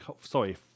Sorry